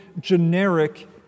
generic